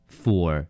four